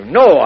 no